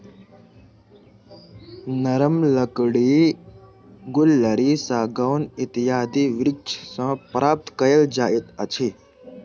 नरम लकड़ी गुल्लरि, सागौन इत्यादि वृक्ष सॅ प्राप्त कयल जाइत अछि